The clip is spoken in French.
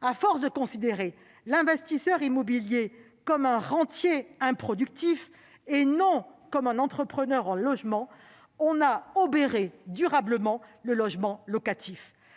À force de considérer l'investisseur immobilier comme un rentier improductif et non comme un entrepreneur en logement, on a obéré durablement le logement locatif.